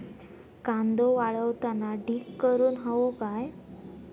कांदो वाळवताना ढीग करून हवो काय?